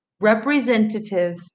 Representative